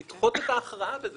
לדחות את ההכרעה בזה.